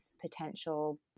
potential